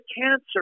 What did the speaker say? cancer